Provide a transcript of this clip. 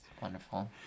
wonderful